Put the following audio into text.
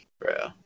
Bro